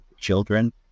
children